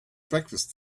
breakfast